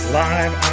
live